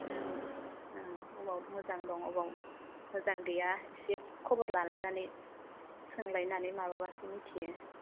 अबाव मोजां दं अबाव मोजां गैया एसे खबर लालायनानै सोंलायनानै माबाब्लासो मिथियो